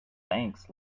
thanks